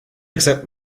accept